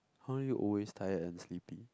how are you always tired and sleepy